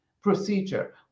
procedure